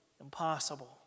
impossible